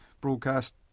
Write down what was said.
broadcast